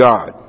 God